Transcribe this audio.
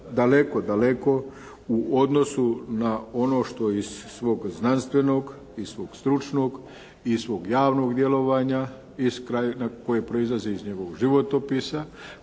daleko, daleko u odnosu na ono što iz svog znanstvenog i svog stručnog i svog javnog djelovanja a koje proizlazi iz njegovog životopisa,